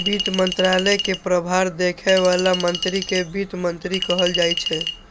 वित्त मंत्रालय के प्रभार देखै बला मंत्री कें वित्त मंत्री कहल जाइ छै